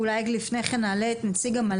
סליחה, לא שלחו נציג.